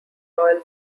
royal